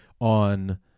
on